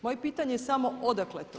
Moje pitanje je samo odakle je to.